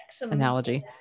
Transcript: analogy